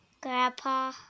Grandpa